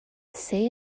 say